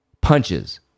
punches